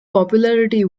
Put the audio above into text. popularity